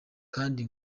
kandi